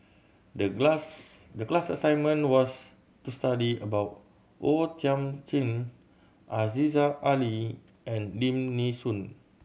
the class the class assignment was to study about O Thiam Chin Aziza Ali and Lim Nee Soon